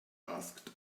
asked